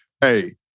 Hey